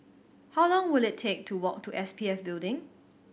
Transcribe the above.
how long will it take to walk to S P F Building